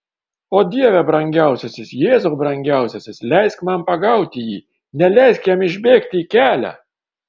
o dieve brangiausiasis jėzau brangiausiasis leisk man pagauti jį neleisk jam išbėgti į kelią